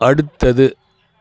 அடுத்தது